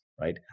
Right